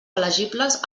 elegibles